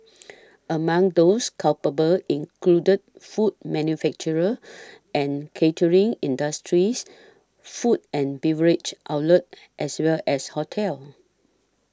among those culpable included food manufacture and catering industries food and beverage outlets as well as hotels